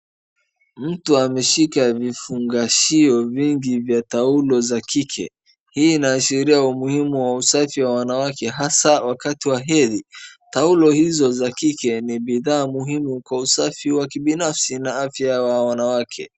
Mtu ameshika vifungashio vingi vya taulo za kike. Hii inaashiria umuhimu wa usafi wa wanawake, hasa wakati wa hedhi. Taulo hizo za kike ni bidhaa muhimu kwa usafi wa kibinafsi na afya ya wanawake.